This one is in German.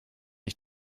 ich